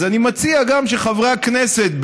אז אני מציע גם שחברי הכנסת,